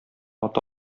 ата